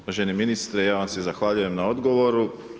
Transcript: Uvaženi ministre ja vam se zahvaljujem na odgovoru.